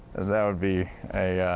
and that would be a,